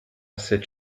cette